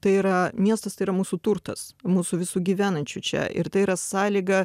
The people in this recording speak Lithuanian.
tai yra miestas tai yra mūsų turtas mūsų visų gyvenančių čia ir tai yra sąlyga